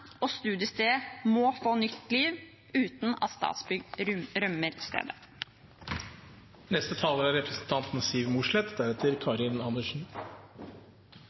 og studiestedet må få nytt liv uten at Statsbygg rømmer stedet.